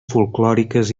folklòriques